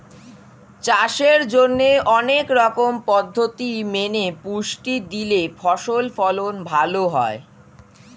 চাষের জন্যে অনেক রকম পদ্ধতি মেনে পুষ্টি দিলে ফসল ফলন ভালো হয়